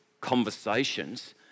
conversations